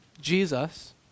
Jesus